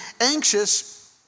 anxious